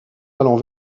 allant